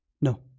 No